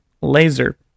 Laser